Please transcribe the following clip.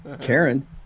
Karen